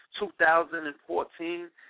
2014